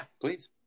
please